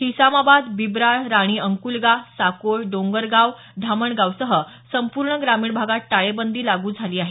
हिसामाबाद बिबराळ राणी अंकुलगा साकोळ डोंगरगाव धामणगावसह संपूर्ण ग्रामीण भागात टाळेबंदी लागू झाली आहे